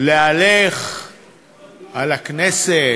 להלך על הכנסת,